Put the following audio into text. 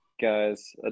guys